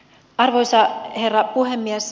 arvoisa herra puhemies